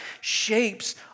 shapes